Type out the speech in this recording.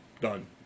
done